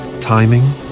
Timing